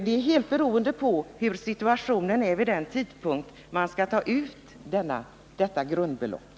Det är helt beroende på hur situationen är vid den tidpunkt då man skall ta ut detta grundbelopp.